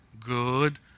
good